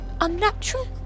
unnatural